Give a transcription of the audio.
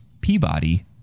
Peabody